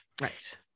Right